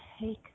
take